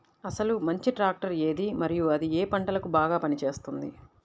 అసలు మంచి ట్రాక్టర్ ఏది మరియు అది ఏ ఏ పంటలకు బాగా పని చేస్తుంది?